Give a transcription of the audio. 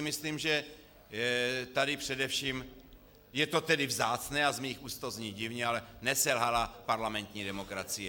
Myslím si, že tady především je to tedy vzácné a z mých úst to zní divně ale neselhala parlamentní demokracie.